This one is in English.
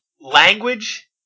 language